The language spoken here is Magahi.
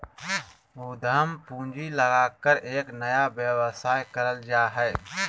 उद्यम पूंजी लगाकर एक नया व्यवसाय करल जा हइ